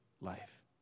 life